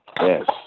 Yes